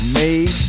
made